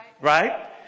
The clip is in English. right